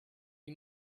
wie